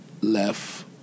left